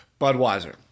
Budweiser